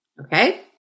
okay